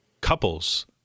couples